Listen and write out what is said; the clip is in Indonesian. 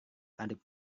adik